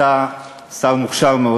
אתה שר מוכשר מאוד,